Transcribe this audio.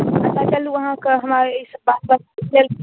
बता देलहुं अहाँकें हमरा एहि सं वापस फेर स्टेशन एबै